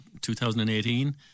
2018